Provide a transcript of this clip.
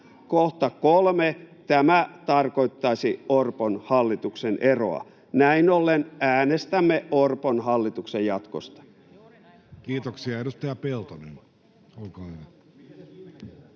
Kohta 3) tämä tarkoittaisi Orpon hallituksen eroa. Näin ollen äänestämme Orpon hallituksen jatkosta. [Speech 85] Speaker: Jussi Halla-aho